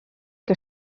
que